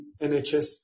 NHS